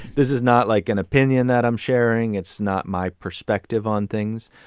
this is not, like, an opinion that i'm sharing. it's not my perspective on things.